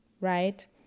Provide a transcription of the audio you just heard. right